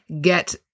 get